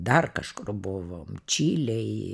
dar kažkur buvom čilėj